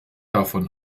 davon